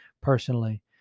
personally